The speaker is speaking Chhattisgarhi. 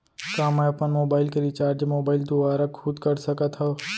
का मैं अपन मोबाइल के रिचार्ज मोबाइल दुवारा खुद कर सकत हव?